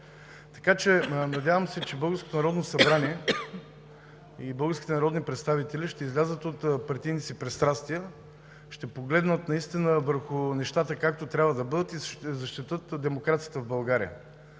Народно събрание и българските народни представители ще излязат от партийните си пристрастия, ще погледнат наистина върху нещата, както трябва да бъдат и ще защитят демокрацията в България.